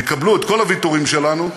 יקבלו את כל הוויתורים שלנו,